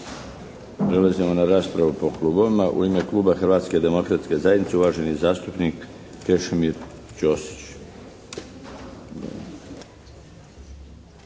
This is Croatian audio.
Prelazimo na raspravu po klubovima. U ime kluba Hrvatske demokratske zajednice, uvaženi zastupnik Krešimir Ćosić.